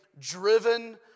driven